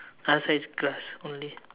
other side is grass only